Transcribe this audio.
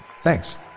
Thanks